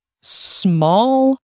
small